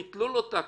ביטלו לו את ההכרה.